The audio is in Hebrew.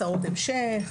הסעות המשך,